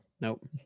nope